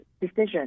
decision